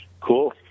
Cool